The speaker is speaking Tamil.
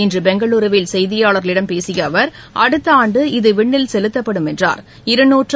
இன்று பெங்ளூருவில் செய்தியாளாகளிடம் பேசிய அவர் அடுத்த ஆண்டு இது விண்ணில் செலுத்தப்படும் என்றாா்